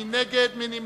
מי נגד?